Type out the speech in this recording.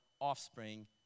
offspring